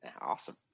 Awesome